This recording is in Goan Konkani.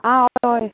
आं होय होय